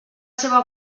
seva